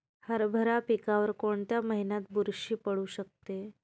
हरभरा पिकावर कोणत्या महिन्यात बुरशी पडू शकते?